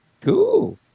Cool